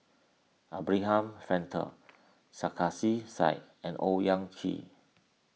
Abraham Frankel Sarkasi Said and Owyang Chi